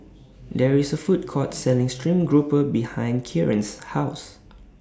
There IS A Food Court Selling Stream Grouper behind Kieran's House